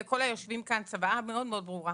לכל היושבים כאן צוואה מאוד-מאוד ברורה.